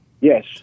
Yes